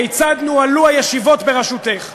כיצד נוהלו הישיבות בראשותך,